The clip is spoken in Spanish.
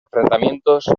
enfrentamientos